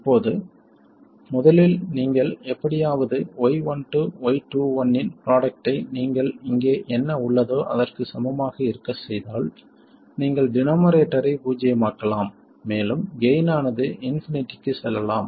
இப்போது முதலில் நீங்கள் எப்படியாவது y12 y21 இன் ப்ராடக்டை நீங்கள் இங்கே என்ன உள்ளதோ அதற்கு சமமாக இருக்கச் செய்தால் நீங்கள் டினோமரேட்டரை பூஜ்ஜியமாக்கலாம் மேலும் கெய்ன் ஆனது இன்பினிட்டிக்கு செல்லலாம்